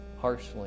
harshly